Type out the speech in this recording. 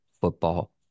football